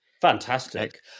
Fantastic